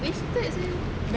wasted sia